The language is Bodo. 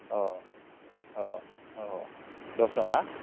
अ अ औ दसजन ना